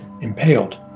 impaled